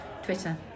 Twitter